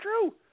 true